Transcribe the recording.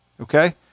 okay